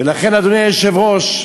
ולכן, אדוני היושב-ראש,